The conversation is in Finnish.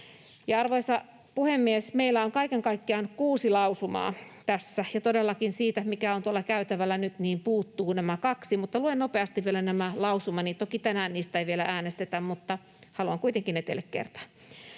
Arvoisa puhemies! Meillä on kaiken kaikkiaan kuusi lausumaa tässä. Todellakin siitä, mikä on tuolla käytävällä nyt, puuttuvat nämä kaksi, mutta luen nopeasti vielä nämä lausumat. Toki tänään niistä ei vielä äänestetä, mutta haluan kuitenkin ne teille kertoa.